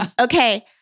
Okay